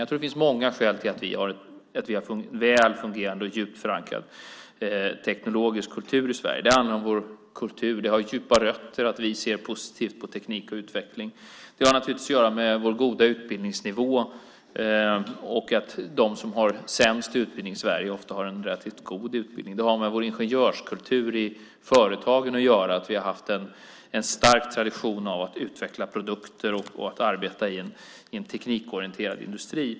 Jag tror att det finns många skäl till att vi har en väl fungerande och djupt förankrad teknologisk kultur i Sverige. Det handlar om vår kultur. Det har djupa rötter att vi ser positivt på teknik och utveckling. Det har naturligtvis att göra med vår goda utbildningsnivå och att de som har sämst utbildning i Sverige ofta har en relativt god utbildning. Det har med vår ingenjörskultur i företagen att göra, att vi har haft en stark tradition av att utveckla produkter och att arbeta i en teknikorienterad industri.